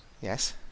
Yes